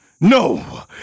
No